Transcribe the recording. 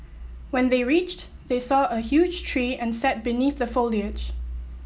when they reached they saw a huge tree and sat beneath the foliage